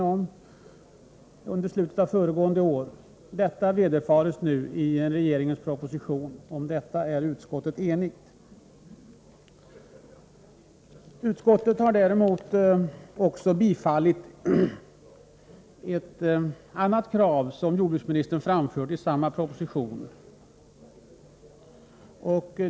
I slutet av föregående år skrev vi till regeringen om detta, och vår framställan har nu villfarits i regeringens proposition. Om det förslaget är utskottet enigt. Utskottet har också tillstyrkt ett annat krav som jordbruksministern framför i samma proposition.